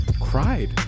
cried